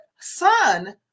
son